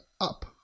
up